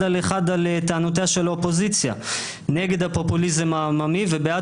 אחד לאחד על טענותיה של האופוזיציה נגד הפופוליזם העממי ובעד